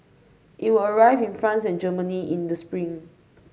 it will arrive in France and Germany in the spring